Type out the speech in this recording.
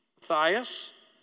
Matthias